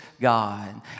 God